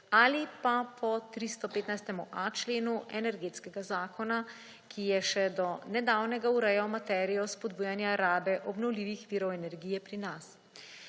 ali pa po 315.a členu Energetskega zakona, ki je še do nedavnega urejal materijo spodbujanja rabe obnovljivih virov energije pri nas.